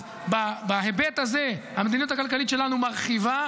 אז בהיבט הזה, המדיניות הכלכלית שלנו מרחיבה.